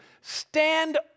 stand